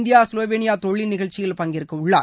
India Slovenia தொழில் நிகழ்ச்சியில் பங்கேற்கவுள்ளார்